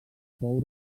pou